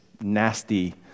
nasty